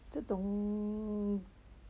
这种